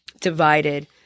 divided